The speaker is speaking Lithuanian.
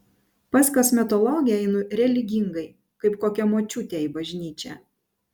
pas kosmetologę einu religingai kaip kokia močiutė į bažnyčią